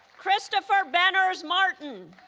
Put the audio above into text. christopher benners martin